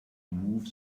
move